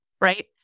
right